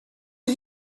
are